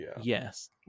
yes